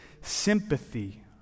sympathy